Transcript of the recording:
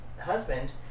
husband